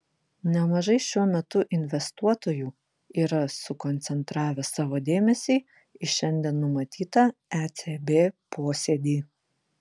nemažai šiuo metu investuotojų yra sukoncentravę savo dėmesį į šiandien numatytą ecb posėdį